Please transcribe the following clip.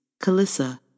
Kalissa